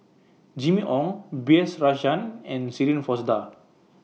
Jimmy Ong B S Rajhans and Shirin Fozdar